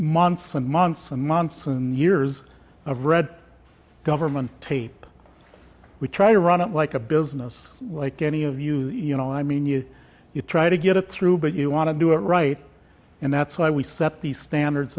months and months and months and years of red government tape we try to run it like a business like any of you you know i mean you you try to get it through but you want to do it right and that's why we set the standards